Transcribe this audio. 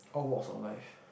all walks of life